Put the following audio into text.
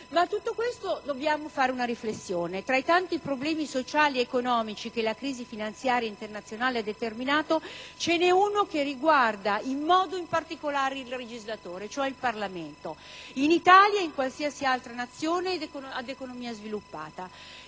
previdenziali. Dobbiamo fare una riflessione; tra i tanti problemi sociali ed economici, che la crisi finanziaria internazionale ha determinato, ce ne è uno che riguarda in modo particolare il legislatore, cioè il Parlamento, in Italia e in qualsiasi altra Nazione ad economia sviluppata.